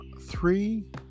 three